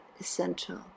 essential